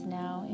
now